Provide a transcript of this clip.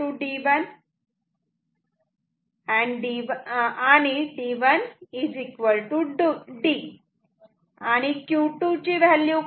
D1 D आणि Q2 चे काय असेल